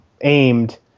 aimed